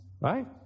right